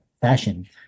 fashion